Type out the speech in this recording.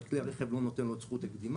וכלי הרכב לא נותן לו זכות קדימה.